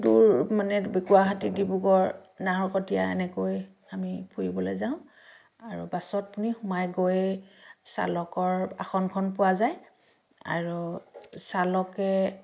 দূৰ মানে গুৱাহাটী ডিব্ৰুগড় নাহৰকটীয়া এনেকৈ আমি ফুৰিবলৈ যাওঁ আৰু বাছত আপুনি সোমাই গৈয়ে চালকৰ আসনখন পোৱা যায় আৰু চালকে